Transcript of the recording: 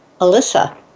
Alyssa